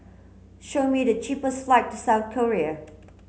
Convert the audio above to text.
show me the cheapest flights to South Korea